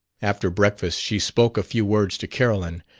after breakfast she spoke a few words to carolyn.